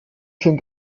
schon